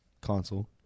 console